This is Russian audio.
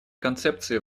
концепции